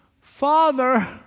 Father